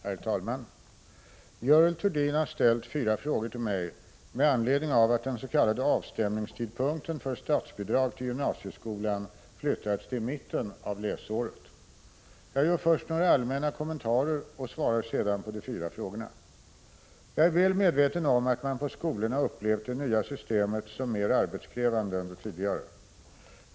Herr talman! Görel Thurdin har ställt fyra frågor till mig med anledning av att den s.k. avstämningstidpunkten för statsbidrag till gymnasieskolan flyttats till mitten av läsåret. Jag gör först några allmänna kommentarer och svarar sedan på de fyra frågorna. Jag är väl medveten om att man på skolorna upplevt det nya systemet som mer arbetskrävande än det tidigare.